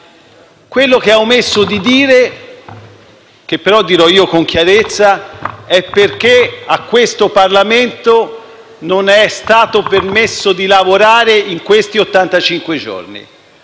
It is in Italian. Quello che ha omesso di dire, che però dirò io con chiarezza, è perché a questo Parlamento non è stato permesso di lavorare in questi